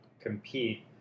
compete